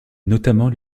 notamment